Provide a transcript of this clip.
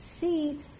see